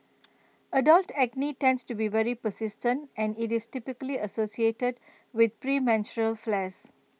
adult acne tends to be very persistent and IT is typically associated with premenstrual flares